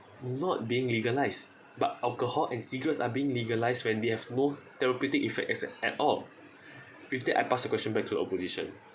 not being legalised but alcohol and cigarettes are being legalised when they have no therapeutic effects at all with that I pass the question back to opposition